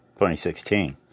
2016